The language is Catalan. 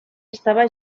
estava